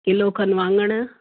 kilo खनि वाङण